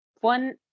One